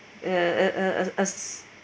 u~ us